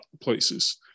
places